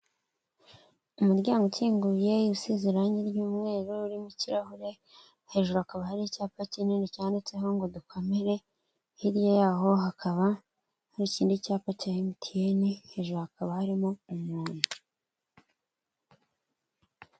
Umuryango ukinguye, usize irangi ry'umweru, urimo ikirahure, hejuru hakaba hari icyapa kinini cyanditseho ngo dukomere, hirya yaho hakaba hari ikindi cyapa cya MTN,hejuru hakaba harimo umuntu.